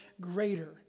greater